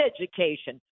education